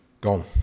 gone